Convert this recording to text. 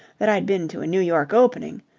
that i'd been to a new york opening.